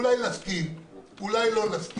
אולי נסכים ואולי לא.